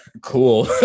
Cool